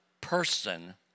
person